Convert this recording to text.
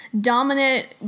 dominant